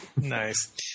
Nice